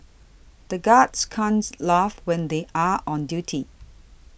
the guards can't laugh when they are on duty